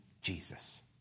Jesus